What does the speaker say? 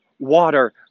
water